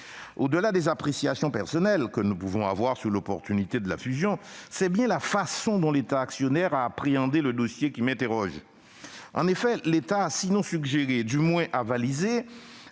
au-delà des appréciations personnelles que nous pouvons avoir sur l'opportunité de la fusion, c'est bien la façon dont l'État actionnaire a appréhendé le dossier qui suscite mes interrogations. En effet, l'État a, sinon suggéré, du moins avalisé